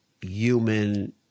human